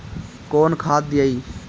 कौन खाद दियई?